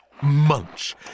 Munch